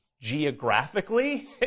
geographically